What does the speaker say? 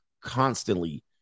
constantly